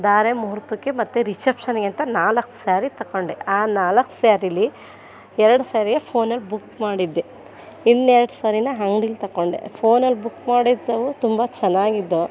ಧಾರೆ ಮುಹೂರ್ತಕ್ಕೆ ಮತ್ತೆ ರಿಸೆಪ್ಷನ್ಗೆ ಅಂತ ನಾಲ್ಕು ಸ್ಯಾರಿ ತಗೊಂಡೆ ಆ ನಾಲ್ಕು ಸ್ಯಾರಿಲಿ ಎರಡು ಸ್ಯಾರಿ ಫೋನಲ್ಲಿ ಬುಕ್ ಮಾಡಿದ್ದೆ ಇನ್ನೆರ್ಡು ಸ್ಯಾರಿನ ಅಂಗ್ಡಿಲಿ ತಗೊಂಡೆ ಫೋನಲ್ಲಿ ಬುಕ್ ತುಂಬ ಚೆನ್ನಾಗಿದ್ದೋ